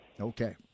Okay